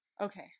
Okay